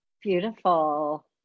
Beautiful